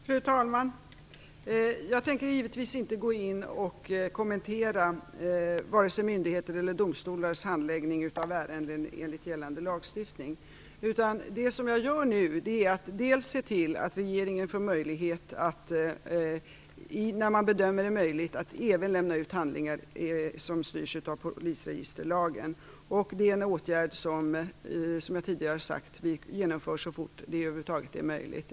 Fru talman! Jag tänker givetvis inte kommentera vare sig myndigheters eller domstolars handläggning av ärenden enligt gällande lagstiftning. Det jag gör nu är att se till att regeringen får möjlighet att när man bedömer det möjligt även lämna ut handlingar som styrs av polisregisterlagen. Det är en åtgärd som vi som jag tidigare har sagt genomför så fort det över huvud taget är möjligt.